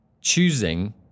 choosing